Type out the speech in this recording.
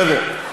בסדר.